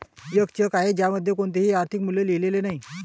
एक चेक आहे ज्यामध्ये कोणतेही आर्थिक मूल्य लिहिलेले नाही